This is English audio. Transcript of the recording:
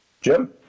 Jim